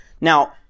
Now